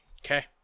Okay